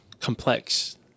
complex